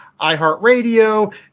iHeartRadio